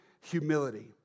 humility